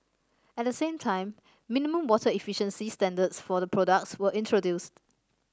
at the same time minimum water efficiency standards for the products were introduced